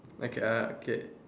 okay uh okay